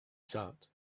sat